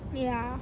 ya